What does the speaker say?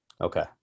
Okay